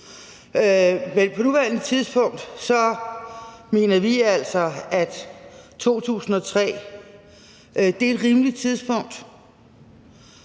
på nuværende tidspunkt mener vi altså, at 2003 er et rimeligt tidspunkt.